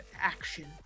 action